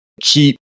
keep